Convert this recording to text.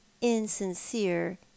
insincere